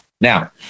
Now